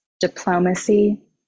diplomacy